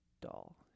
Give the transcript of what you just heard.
doll